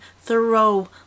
Thoreau